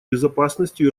безопасностью